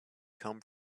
come